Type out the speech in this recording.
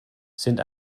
sind